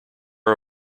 are